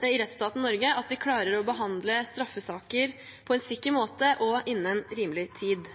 i rettsstaten Norge at vi klarer å behandle straffesaker på en sikker måte og innen rimelig tid.